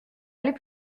aller